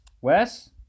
Wes